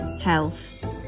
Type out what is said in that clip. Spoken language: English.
health